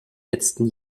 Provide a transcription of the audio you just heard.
letzten